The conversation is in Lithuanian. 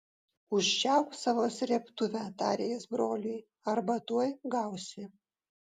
užčiaupk savo srėbtuvę tarė jis broliui arba tuoj gausi